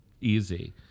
easy